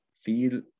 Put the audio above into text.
feel